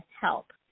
help